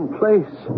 place